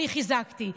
אני חיזקתי,